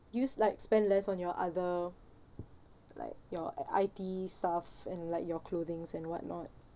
use like spend less on your other like your I_T stuff and like your clothings and whatnot